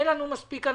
אין לנו מספיק אנשים.